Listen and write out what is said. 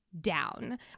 down